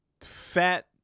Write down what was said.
fat